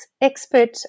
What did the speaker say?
expert